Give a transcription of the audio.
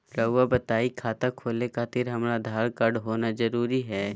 रउआ बताई खाता खोले खातिर हमरा आधार कार्ड होना जरूरी है?